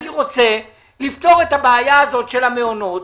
אני רוצה לפתור את הבעיה הזאת של המעונות,